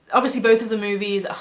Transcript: obviously both of the movies